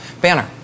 banner